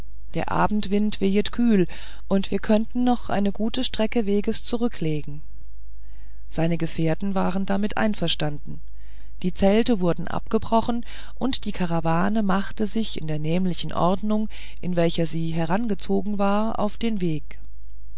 der abendwind wehet kühl und wir könnten noch eine gute strecke weges zurücklegen seine gefährten waren damit einverstanden die zelte wurden abgebrochen und die karawane machte sich in der nämlichen ordnung in welcher sie herangezogen war auf den weg